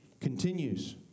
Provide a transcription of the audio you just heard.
continues